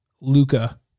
Luca